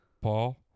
Paul